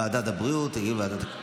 לוועדה שתקבע ועדת הכנסת נתקבלה.